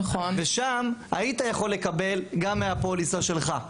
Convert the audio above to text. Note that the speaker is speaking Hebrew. ושם היית יכול לקבל גם מהפוליסות שלך,